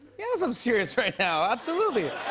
i'm serious right now. absolutely.